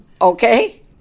Okay